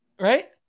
Right